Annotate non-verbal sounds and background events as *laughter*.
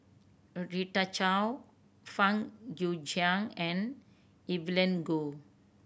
*unintelligible* Chao Fang Guixiang and Evelyn Goh